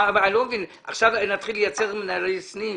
אני לא מבין, עכשיו נתחיל לייצר מנהלי סניף?